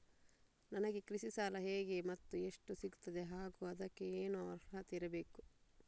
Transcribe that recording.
ನನಗೆ ಕೃಷಿ ಸಾಲ ಹೇಗೆ ಮತ್ತು ಎಷ್ಟು ಸಿಗುತ್ತದೆ ಹಾಗೂ ಅದಕ್ಕೆ ಏನು ಅರ್ಹತೆ ಇರಬೇಕು?